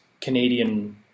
canadian